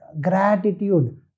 gratitude